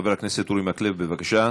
חבר הכנסת אורי מקלב, בבקשה.